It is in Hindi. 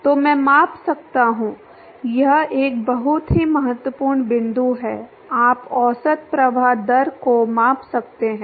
तो मैं माप सकता हूं यह एक बहुत ही महत्वपूर्ण बिंदु है आप औसत प्रवाह दर को माप सकते हैं